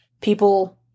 people